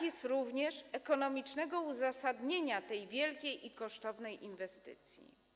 Nie ma również ekonomicznego uzasadnienia tej wielkiej i kosztownej inwestycji.